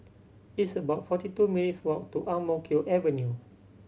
it's about forty two minutes' walk to Ang Mo Kio Avenue